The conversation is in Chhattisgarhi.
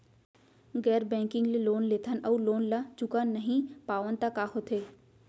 गैर बैंकिंग ले लोन लेथन अऊ लोन ल चुका नहीं पावन त का होथे?